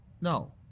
No